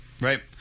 right